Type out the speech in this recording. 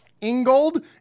Ingold